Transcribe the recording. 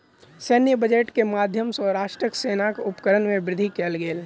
सैन्य बजट के माध्यम सॅ राष्ट्रक सेनाक उपकरण में वृद्धि कयल गेल